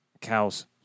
Cows